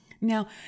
Now